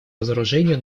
разоружению